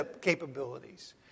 capabilities